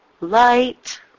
light